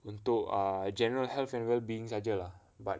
untuk err general health and well-being sahaja lah but